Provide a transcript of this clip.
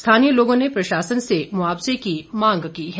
स्थानीय लोगों ने प्रशासन से मुआवजे की मांग की है